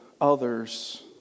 others